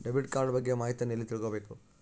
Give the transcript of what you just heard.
Debit card ಬಗ್ಗೆ ಮಾಹಿತಿಯನ್ನ ಎಲ್ಲಿ ತಿಳ್ಕೊಬೇಕು?